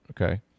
Okay